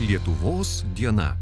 lietuvos diena